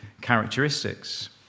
characteristics